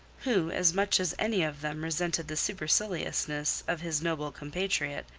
who as much as any of them resented the superciliousness of his noble compatriot,